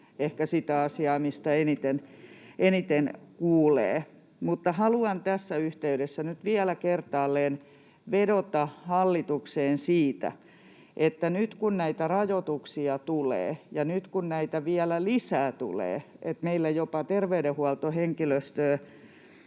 ehkä sitä asiaa, mistä eniten kuulee. Mutta haluan tässä yhteydessä nyt vielä kertaalleen vedota kyllä voimakkaasti hallitukseen siinä, että nyt kun näitä rajoituksia tulee ja kun nyt näitä tulee vielä lisää — niin että meillä jopa terveydenhuoltohenkilöstön